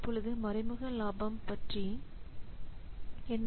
இப்பொழுது மறைமுக லாபம் பற்றி என்ன